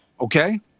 Okay